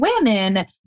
women